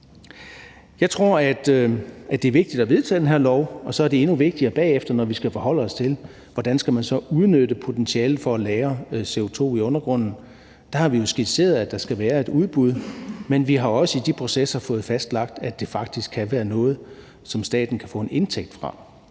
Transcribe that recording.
Jeg tror, det er vigtigt at vedtage det her lovforslag, og så er det endnu vigtigere bagefter at forholde os til, hvordan man så skal udnytte potentialet for at lagre CO2 i undergrunden. Der har vi jo skitseret, at der skal være et udbud, men vi har også i de processer fået fastlagt, at det faktisk kan være noget, som staten kan få en indtægt fra.